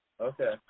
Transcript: Okay